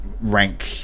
rank